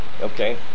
okay